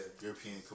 European